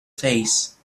face